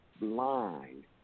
line